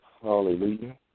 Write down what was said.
Hallelujah